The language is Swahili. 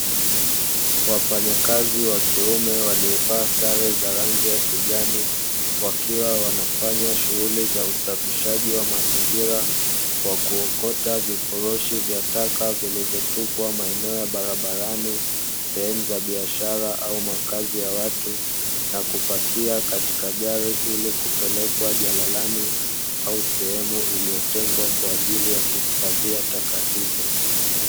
Wafanyakazi wa kiume waliyevaa sare za rangi ya kijani, wakiwa wanafanya shughuli za usafishaji wa mazingira kwa kuokota vifurushi vya taka vilivyotupwa maeneo ya barabarani, sehemu za biashara au makazi ya watu na kupakia katika gari ili kupelekwa jalalani au sehemu iliyotengwa kwa ajili ya kuhifadhia taka hizo.